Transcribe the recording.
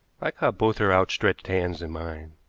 i caught both her outstretched hands in mine.